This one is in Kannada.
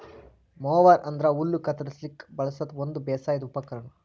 ಮೊವರ್ ಅಂದ್ರ ಹುಲ್ಲ್ ಕತ್ತರಸ್ಲಿಕ್ ಬಳಸದ್ ಒಂದ್ ಬೇಸಾಯದ್ ಉಪಕರ್ಣ್